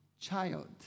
child